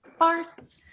farts